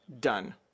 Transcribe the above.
done